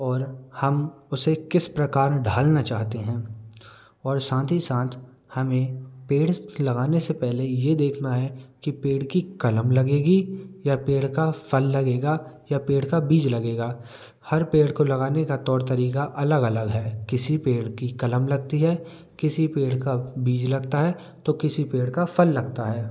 और हम उसे किस प्रकार ढालना चाहते हैं और साथ ही साथ हमें पेड़ लगाने से पहले ये देखना है कि पेड़ की कलम लगेगी या पेड़ का फल लगेगा या पेड़ का बीज लगेगा हर पेड़ को लगाने का तौर तरीका अलग अलग है किसी पेड़ की कलम लगती है किसी पेड़ का बीज लगता है तो किसी पेड़ का फल लगता है